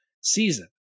season